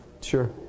Sure